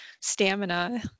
stamina